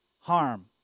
harm